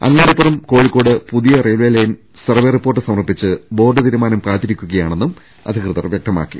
അങ്ങാടിപ്പുറം കോഴിക്കോട് പുതിയ railway line survey report സമർപ്പിച്ചു board തീരുമാനം കാത്തിരിക്കുകയാണെന്നും അധികൃതർ വൃക്തമാക്കി